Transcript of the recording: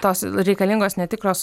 tos reikalingos netikros